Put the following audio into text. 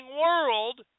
world